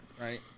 right